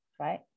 right